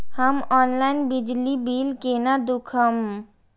हम ऑनलाईन बिजली बील केना दूखमब?